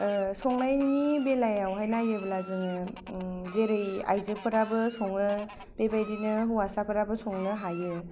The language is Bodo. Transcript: संनायनि बेलायावहाय नायोब्ला जोङो जेरै आयजोफोराबो सङो बेबादिनो हौवसाफोराबो संनो हायो